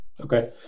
Okay